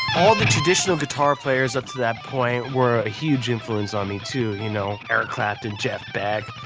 all the traditional guitar players up to that point were a huge influence on me too. you know eric clapton, jeff beck,